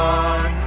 on